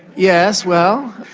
yes, well,